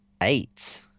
eight